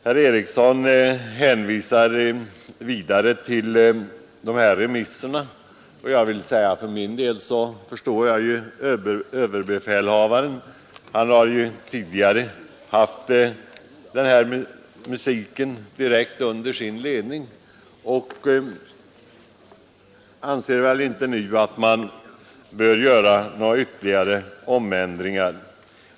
Herr Eriksson hänvisar här till remissyttrandena, och för min del förstår jag att överbefälhavaren, som tidigare har haft denna musik direkt under sin ledning, anser att man nu inte bör göra några ändringar.